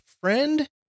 friend